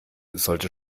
sollte